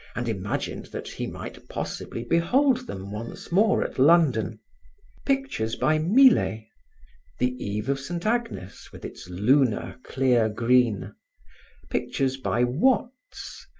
and imagined that he might possibly behold them once more at london pictures by millais the eve of saint agnes with its lunar clear green pictures by watts,